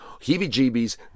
heebie-jeebies